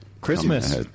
Christmas